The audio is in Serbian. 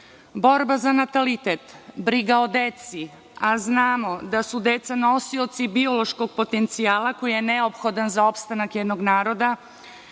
Borba za natalitet, briga o deci, a znamo da su deca nosioci biološkog potencijala koji je neophodan za opstanak jednog naroda.